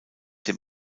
dem